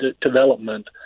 development